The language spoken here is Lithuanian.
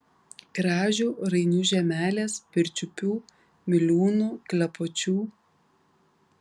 kražių rainių žemelės pirčiupių miliūnų klepočių